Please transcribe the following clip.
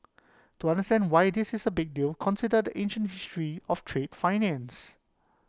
to understand why this is A big deal consider ancient history of trade finance